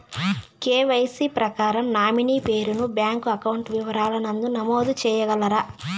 KYC ప్రకారం nominee పేరు ను బ్యాంకు అకౌంట్ వివరాల నందు నమోదు సేయగలరా?